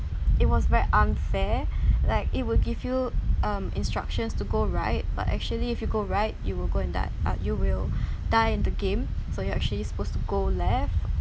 it was very unfair like it would give you um instructions to go right but actually if you go right you will go and die ah you will die in the game so you're actually supposed to go left